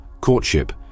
courtship